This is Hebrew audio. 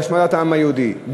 בהשמדת העם היהודי.